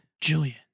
Julian